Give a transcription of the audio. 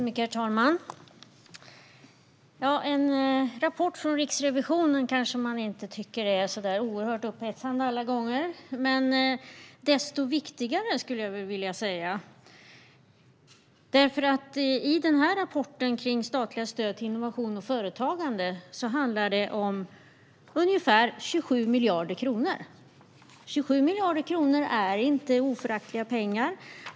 Herr talman! En rapport från Riksrevisionen kanske man inte tycker är så oerhört upphetsande alla gånger. Men den är desto viktigare, skulle jag vilja säga. I rapporten om statliga stöd till innovation och företagande handlar det nämligen om ungefär 27 miljarder kronor. 27 miljarder kronor är inte föraktliga pengar.